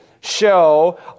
show